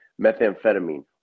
methamphetamine